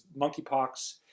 monkeypox